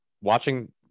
Watching